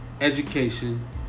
education